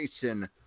Jason